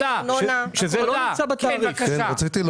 כן, בבקשה.